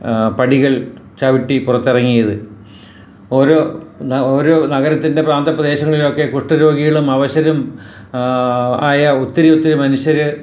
പടികൾ ചവിട്ടി പുറത്തിരഞ്ഞിയത് ഓരോ ന ഓരോ നഗരത്തിൻ്റെ പാന്തപ്രദേശങ്ങളൊക്കെ കുഷ്ഠ രോഗികളും അവശരും ആയ ഒത്തിരി ഒത്തിരി മനുഷ്യര്